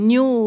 New